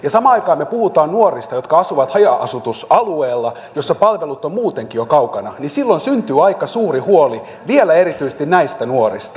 samaan aikaan me puhumme nuorista jotka asuvat haja asutusalueella missä palvelut ovat muutenkin jo kaukana ja silloin syntyy aika suuri huoli vielä erityisesti näistä nuorista